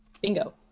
Bingo